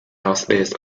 northeast